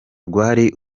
rwari